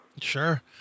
Sure